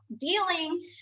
dealing